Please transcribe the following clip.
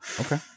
Okay